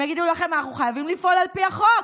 הם יגידו לכם: אנחנו חייבים לפעול על פי החוק,